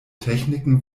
techniken